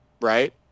right